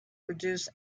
produce